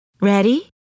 Ready